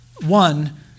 One